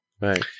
right